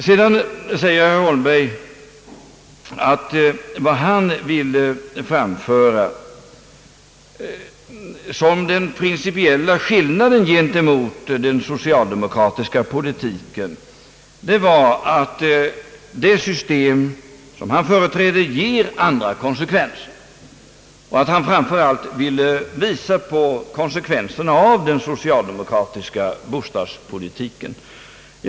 Herr Holmberg säger att vad han ville framhålla som den principiella skillnaden gentemot vår socialdemokratiska politik är att det system, som han företräder, ger andra konsekvenser; framför allt ville han visa på konsekvenserna av den socialdemokratiska bostadspolitiken.